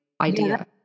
idea